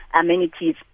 amenities